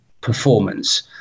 performance